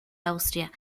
austria